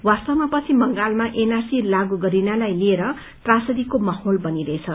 वास्तवमा पश्चिम बंगालमा एनआरसी लागू गरिनलाई लिएर त्रासदीको माहौल बनिरहेछ